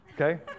Okay